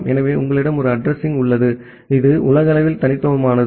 எனவே உங்களிடம் ஒரு அட்ரஸிங் உள்ளது இது உலகளவில் தனித்துவமானது